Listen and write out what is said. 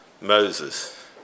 Moses